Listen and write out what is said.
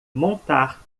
montar